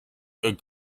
good